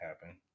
happen